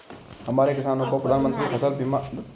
हमारे किसानों को प्रधानमंत्री फसल बीमा योजना का लाभ उठाना चाहिए